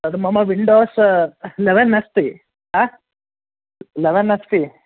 तद् मम Windows eleven अस्ति हा लेवन् अस्ति